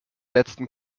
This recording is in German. letzten